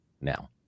now